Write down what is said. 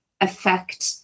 affect